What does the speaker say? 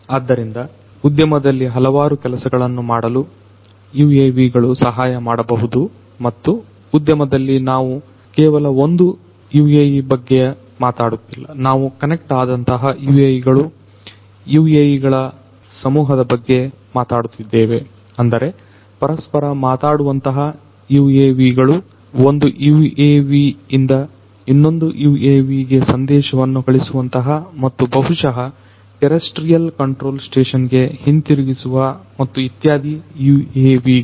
ಆದ್ದರಿಂದ ಉದ್ಯಮದಲ್ಲಿ ಹಲವಾರು ಕೆಲಸಗಳನ್ನು ಮಾಡಲು UAVಗಳು ಸಹಾಯ ಮಾಡಬಹುದು ಮತ್ತು ಉದ್ಯಮದಲ್ಲಿ ನಾವು ಕೇವಲ ಒಂದು UAV ಯ ಬಗ್ಗೆ ಮಾತಾಡುತ್ತಿಲ್ಲ ನಾವು ಕನೆಕ್ಟ್ ಆದಂತಹ UAVಗಳು UAVಗಳ ಸಮೂಹದ ಬಗ್ಗೆ ಮಾತನಾಡುತ್ತಿದ್ದೇವೆ ಅಂದರೆ ಪರಸ್ಪರ ಮಾತನಾಡುವಂತಹ UAVಗಳು ಒಂದು UAV ಇಂದ ಇನ್ನೊಂದು UAV ಗೆ ಸಂದೇಶಗಳನ್ನು ಕಳುಹಿಸುವಂತಹ ಮತ್ತು ಬಹುಶಃ ಟೆರೆಸ್ರ್ಟಿಯಲ್ ಕಂಟ್ರೋಲ್ ಸ್ಟೇಷನ್ ಗೆ ಹಿಂತಿರುಗಿಸುವ ಮತ್ತು ಇತ್ಯಾದಿ UAVಗಳು